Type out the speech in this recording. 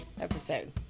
episode